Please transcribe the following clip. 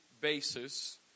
basis